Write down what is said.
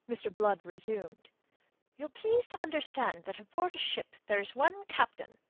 mr. blood resumed ye'll please to understand that aboard a ship there is one captain.